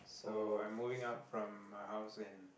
so I'm moving out from my house in